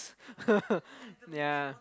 yeah